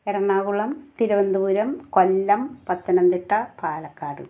Ernakulam Thiruvananthapuram Kollam Pathanamthitta Palakkad